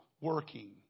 working